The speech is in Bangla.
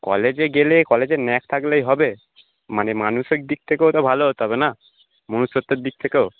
কলেজে গেলে কলেজের ন্যাক থাকলেই হবে মানে মানসিক দিক থেকেও তো ভালো হতে হবে না মনুষ্যত্বের দিক থেকেও